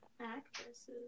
actresses